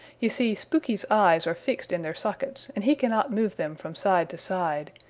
you see spooky's eyes are fixed in their sockets and he cannot move them from side to side.